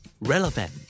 Relevant